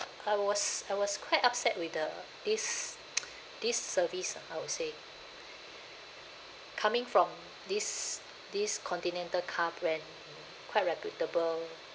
I was I was quite upset with the this this service ah I would say coming from this this continental car brand quite reputable